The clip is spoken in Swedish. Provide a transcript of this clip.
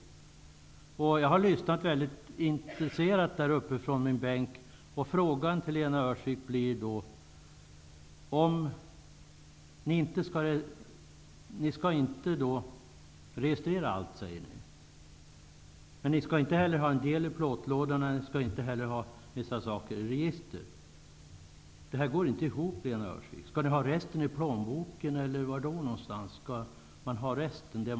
Jag har från min bänk lyssnat mycket intresserat på vad ni sagt, och frågan till Lena Öhrsvik blir följande: Ni säger att ni inte vill registrera allt. Men ni skall bara ha en del uppgifter i plåtlådor, och bara vissa i register. Det går inte ihop, Lena Öhrsvik. Skall ni ha resten i plånboken? Var skall de uppgifter som inte registreras finnas?